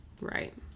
Right